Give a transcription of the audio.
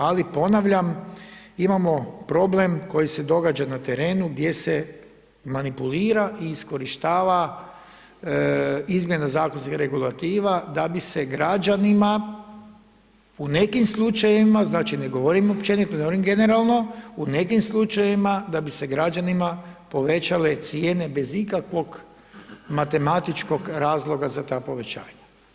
Ali, ponavljam, imamo problem koji se događa na terenu, gdje se manipulira i iskorištava izmjena zakonska regulativa, da bi se građanima, u nekim slučajevima, znači ne govorim općenito, ne govorim generalno, u nekim slučajevima da bi se građanima povećale cijene bez ikakvog matematičkog razloga za ta povećanja.